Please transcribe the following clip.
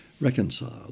reconciled